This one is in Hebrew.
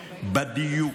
בדיוק,